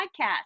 Podcast